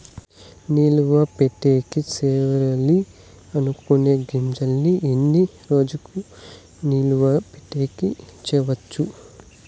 నిలువ పెట్టేకి సేయాలి అనుకునే గింజల్ని ఎన్ని రోజులు నిలువ పెట్టేకి చేయొచ్చు